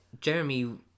Jeremy